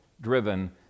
driven